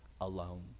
alone